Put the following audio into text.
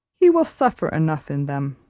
he will suffer enough in them.